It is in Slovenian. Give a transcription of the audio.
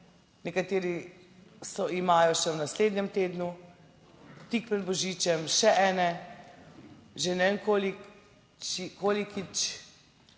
nekateri imajo še v naslednjem tednu, tik pred božičem še ene, že ne